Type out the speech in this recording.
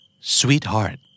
Sweetheart